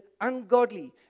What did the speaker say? ungodly